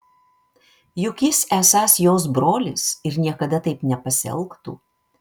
juk jis esąs jos brolis ir niekada taip nepasielgtų